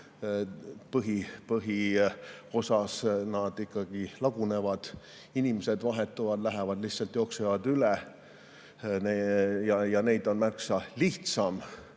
Põhiosas nad ikkagi lagunevad, inimesed vahetuvad, lihtsalt jooksevad üle. Ja neid on märksa lihtsam